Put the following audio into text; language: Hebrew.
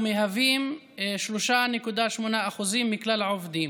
ומהווים 3.8% מכלל העובדים.